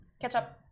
Ketchup